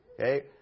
okay